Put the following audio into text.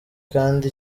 kandi